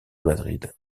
madrid